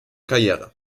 karriere